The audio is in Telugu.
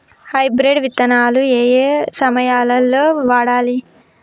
హైబ్రిడ్ విత్తనాలు ఏయే సమయాల్లో వాడాలి?